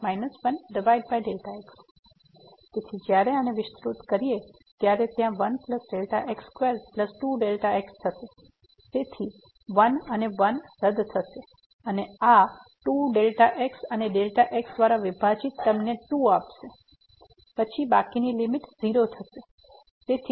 તેથી અર્થ એ કે આપણી પાસે અહીં Δ x → 0 છે અને આ છે 1Δx2 1x તેથી જ્યારે આને વિસ્તૃત કરીએ ત્યારે ત્યાં 1x22 x હશે તેથી 1 1 રદ થશે અને આ 2Δ x અને Δ x દ્વારા વિભાજિત તમને 2 આપશે અને બાકીની લીમીટ 0 થશે